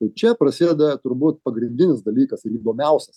tai čia prasideda turbūt pagrindinis dalykas ir įdomiausias